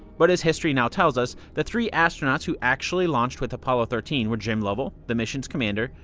but as history now tells us, the three astronauts who actually launched with apollo thirteen were jim lovell, the mission's commander,